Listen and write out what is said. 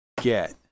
get